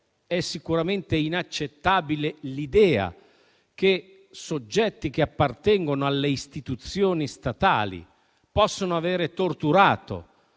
è sicuramente inaccettabile l'idea che soggetti che appartengono alle istituzioni statali possano avere torturato